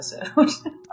episode